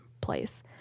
place